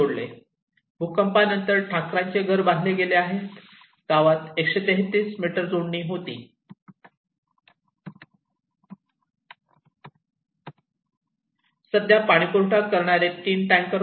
येथे भूकंपानंतर ठाकरांचे घर बांधले गेले आहे गावात 133 मीटर जोडणी होती सध्या पाणीपुरवठा करणारे तीन टँकर होते